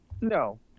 No